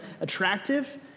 attractive